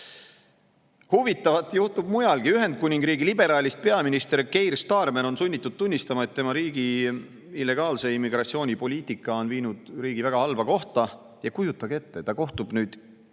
toeta. Huvitavat juhtub mujalgi. Ühendkuningriigi liberaalist peaminister Keir Starmer on sunnitud tunnistama, et tema riigi illegaalse immigratsiooni poliitika on viinud riigi väga halba kohta. Kujutage ette, ta kohtub nüüd